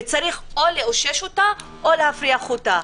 וצריך או לאושש אותה או להפריך אותה.